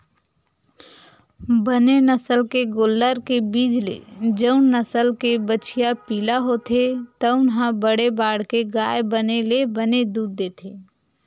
बने नसल के गोल्लर के बीज ले जउन नसल के बछिया पिला होथे तउन ह बड़े बाड़के गाय बने ले बने दूद देथे